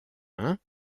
hein